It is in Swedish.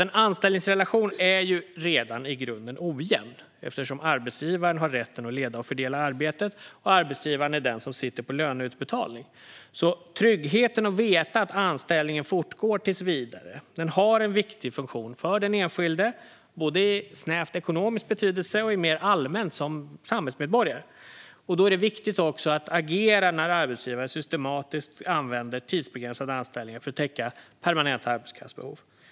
En anställningsrelation är ju redan i grunden ojämn, eftersom arbetsgivaren har rätten att leda och fördela arbetet och är den som sitter på löneutbetalning. Tryggheten att veta att anställningen fortgår tills vidare har en viktig funktion för den enskilde, både i snävt ekonomisk betydelse och mer allmänt som samhällsmedborgare. Därför är det också viktigt att agera när arbetsgivare systematiskt använder tidsbegränsade anställningar för att täcka permanenta arbetskraftsbehov.